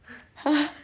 !huh!